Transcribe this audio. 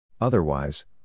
Otherwise